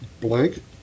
Blank